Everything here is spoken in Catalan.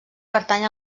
pertany